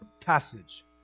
passage